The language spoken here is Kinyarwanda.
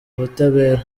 ubutabera